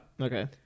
Okay